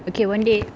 okay one day